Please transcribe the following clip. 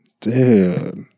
dude